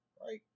right